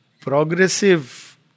progressive